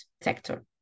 sector